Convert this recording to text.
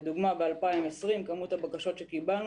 לדוגמה, ב-2020 כמות הבקשות שקיבלנו